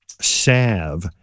salve